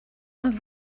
und